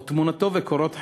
או תמונתו וקורות חייו,